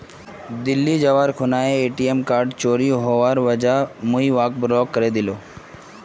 दिल्ली जबार खूना ATM card चोरी हबार वजह मुई वहाक ब्लॉक करे दिनु